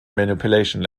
manipulation